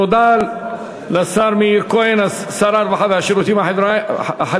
תודה לשר מאיר כהן, שר הרווחה והשירותים החברתיים.